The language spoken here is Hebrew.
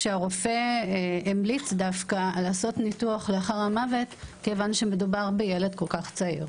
שהרופא המליץ דווקא לעשות ניתוח לאחר המוות כי מדובר בילד כל כך צעיר.